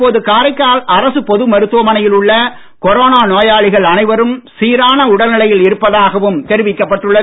தற்போது காரைக்கால் அரசுப் மருத்துவமனையில் உள்ள கொரோனா நோயாளிகள் அனைவரும் சீரான உடல்நிலையில் இருப்பதாகவும் தெரிவிக்கப் பட்டுள்ளது